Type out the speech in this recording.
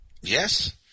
Yes